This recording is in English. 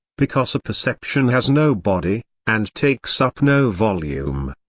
because a perception has no body, and takes up no volume.